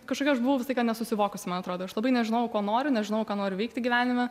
kažkokia aš buvau visą laiką nesusivokusi man atrodo aš labai nežinojau ko noriu nežinojau ką noriu veikti gyvenime